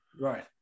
right